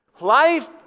Life